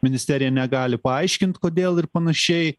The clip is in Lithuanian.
ministerija negali paaiškint kodėl ir panašiai